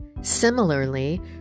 Similarly